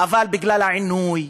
שבגלל העינוי,